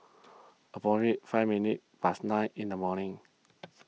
approximately five minutes past nine in the morning